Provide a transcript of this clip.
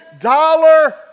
dollar